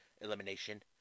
elimination